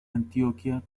antioquia